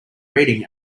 reading